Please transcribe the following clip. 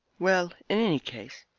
well, in any case,